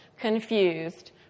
confused